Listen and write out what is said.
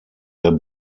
der